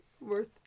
worth